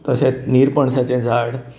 तशेंच नीरपणसाचें झाड